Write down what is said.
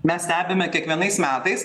mes stebime kiekvienais metais